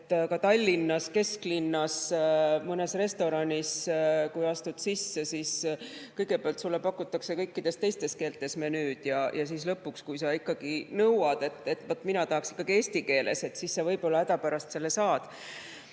Ka Tallinna kesklinnas mõnes restoranis, kui astud sisse, siis kõigepealt sulle pakutakse kõikides teistes keeltes menüüd ja lõpuks, kui sa nõuad, et mina tahaksin ikkagi eesti keeles, siis sa võib-olla hädapärast selle saad. Ma